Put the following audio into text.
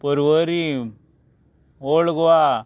Porvorim Old Goa